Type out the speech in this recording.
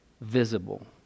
visible